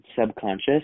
subconscious